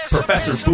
Professor